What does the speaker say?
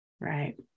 right